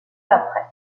après